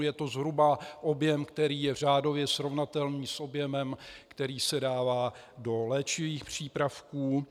Je to zhruba objem, který je řádově srovnatelný s objemem, který se dává do léčivých přípravků.